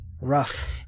rough